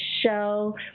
show